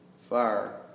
fire